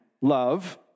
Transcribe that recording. love